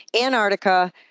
Antarctica